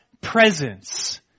presence